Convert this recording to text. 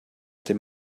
dem